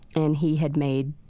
and he had made